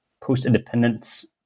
post-independence